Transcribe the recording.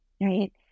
right